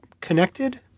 connected